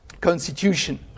constitution